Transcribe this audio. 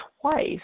twice